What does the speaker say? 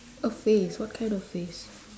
a face what kind of face